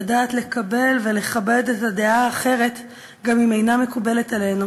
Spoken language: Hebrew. לדעת לקבל ולכבד את הדעה האחרת גם אם אינה מקובלת עלינו.